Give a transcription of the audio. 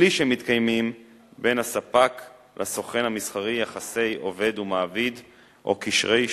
בלי שמתקיימים בין הספק לסוכן המסחרי יחסי עובד ומעביד או קשרי שותפות.